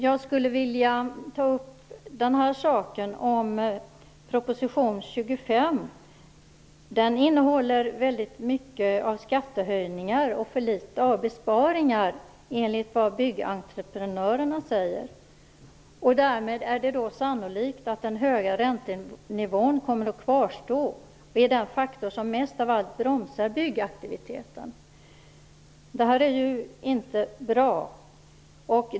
Proposition 25 innehåller enligt Byggentreprenörerna väldigt mycket av skattehöjningar och för litet av besparingar. Därmed är det sannolikt att den höga räntenivån kommer att kvarstå. Det är den faktor som mest av allt bromsar byggaktiviteten. Det är inte bra.